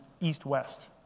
east-west